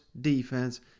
defense